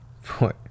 four